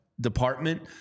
department